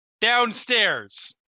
downstairs